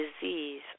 disease